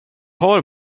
har